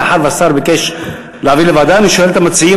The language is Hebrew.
מאחר שהשר ביקש להעביר לוועדה אני שואל את המציעים,